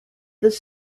this